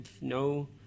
no